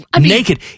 naked